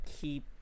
keep